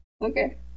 okay